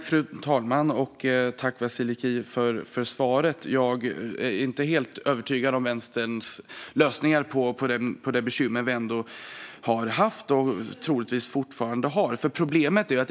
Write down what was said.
Fru talman! Tack, Vasiliki, för svaret! Jag är inte helt övertygad om Vänsterns lösningar på det bekymmer vi har haft och troligtvis fortfarande har.